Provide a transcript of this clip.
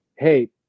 hey